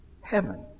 heaven